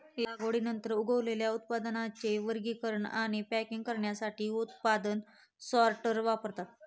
लागवडीनंतर उगवलेल्या उत्पादनांचे वर्गीकरण आणि पॅकिंग करण्यासाठी उत्पादन सॉर्टर वापरतात